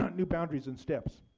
new boundaries in steps.